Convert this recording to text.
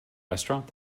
restaurant